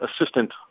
assistant